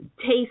taste